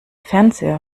fernseher